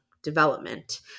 development